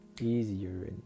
easier